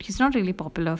he's not really popular